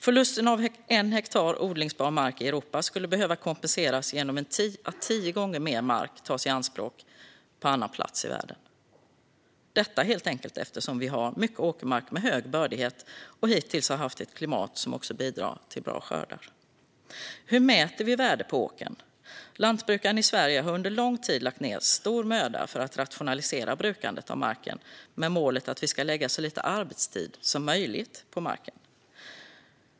Förlusten av en hektar odlingsbar mark i Europa skulle behöva kompenseras genom att tio gånger mer mark tas i anspråk på annan plats i världen - detta helt enkelt eftersom vi har mycket åkermark med hög bördighet och hittills har haft ett klimat som bidragit till bra skördar. Hur mäter vi värdet på åkern? Lantbrukaren i Sverige har under lång tid lagt ned stor möda på att rationalisera brukandet av marken med målet att vi ska lägga så lite arbetstid som möjligt på marken.